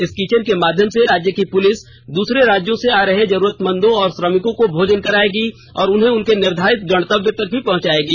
इस किचन के माध्यम से राज्य की पुलिस दूसरे राज्यों से आ रहे जरूरतमंदों और श्रमिकों को भोजन करायेगी और उन्हे उनके निर्धारित गणतव्य तक भी पहुंचायेंगे